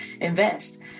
invest